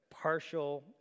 partial